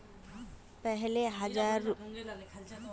पहले हजार रूपयार बहुत कीमत ह छिले